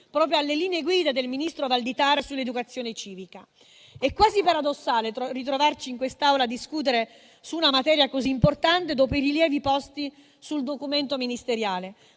proprio delle linee guida del ministro Valditara sull'educazione civica. È quasi paradossale ritrovarci in quest'Aula a discutere su una materia così importante dopo i rilievi posti sul documento ministeriale: